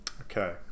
Okay